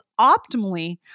optimally